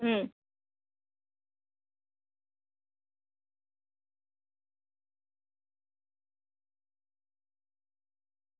હુમ